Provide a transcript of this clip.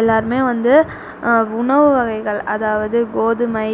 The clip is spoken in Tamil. எல்லாருமே வந்து உணவு வகைகள் அதாவது கோதுமை